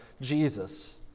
Jesus